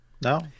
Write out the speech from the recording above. No